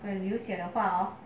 你流血的话哦